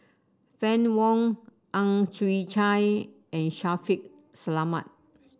Fann Wong Ang Chwee Chai and Shaffiq Selamat